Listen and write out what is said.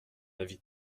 avis